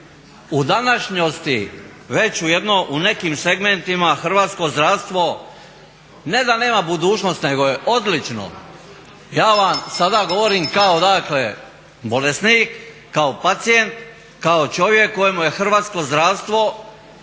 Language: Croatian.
u današnjosti već u nekim segmentima hrvatsko zdravstvo ne da nema budućnost nego je odlično. Ja vam sada govorim kao dakle bolesnik, kao pacijent, kao čovjek kojemu je hrvatsko zdravstvo